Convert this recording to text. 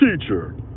teacher